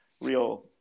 real